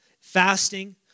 fasting